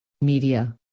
media